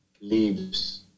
leaves